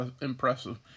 impressive